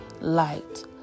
light